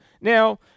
Now